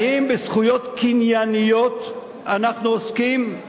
האם בזכויות קנייניות אנחנו עוסקים?